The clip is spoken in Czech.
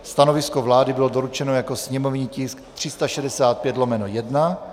Stanovisko vlády bylo doručeno jako sněmovní tisk 365/1.